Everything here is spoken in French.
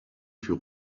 fut